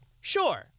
Sure